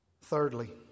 Thirdly